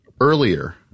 earlier